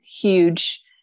huge